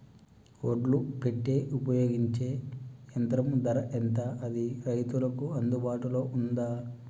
ఒడ్లు పెట్టే ఉపయోగించే యంత్రం ధర ఎంత అది రైతులకు అందుబాటులో ఉందా?